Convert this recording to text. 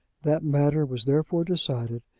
that matter was therefore decided,